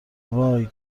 وای